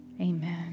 Amen